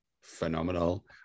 phenomenal